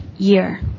Year